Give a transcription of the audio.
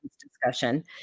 discussion